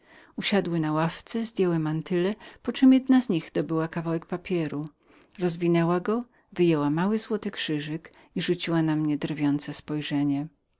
usiadły na ławce zdjęły mantyle naówczas jedna z nich dobyła kawałek papieru rozwinęła go wyjęła mały krzyżyk złoty i rzuciła na mnie nieco złośliwe spojrzenie